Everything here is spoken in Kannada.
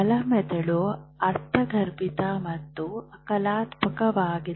ಬಲ ಮೆದುಳು ಅರ್ಥಗರ್ಭಿತ ಮತ್ತು ಕಲಾತ್ಮಕವಾಗಿದೆ